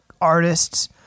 artists